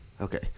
Okay